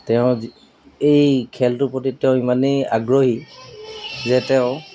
তেওঁ এই খেলটোৰ প্ৰতি তেওঁ ইমানেই আগ্ৰহী যে তেওঁ